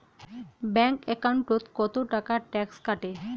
Bank একাউন্টত কতো টাকা ট্যাক্স কাটে?